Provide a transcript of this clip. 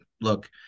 Look